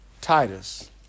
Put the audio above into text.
Titus